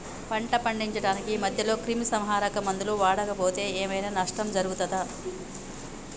పంట పండించడానికి మధ్యలో క్రిమిసంహరక మందులు వాడకపోతే ఏం ఐనా నష్టం జరుగుతదా?